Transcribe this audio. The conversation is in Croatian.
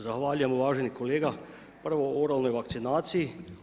Zahvaljujem uvaženi kolega, prvo o oralnoj vakcinaciji.